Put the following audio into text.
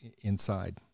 inside